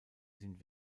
sind